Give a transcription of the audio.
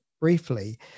briefly